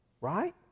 right